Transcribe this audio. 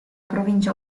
provincia